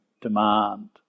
demand